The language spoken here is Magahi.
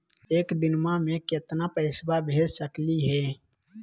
एक दिनवा मे केतना पैसवा भेज सकली हे?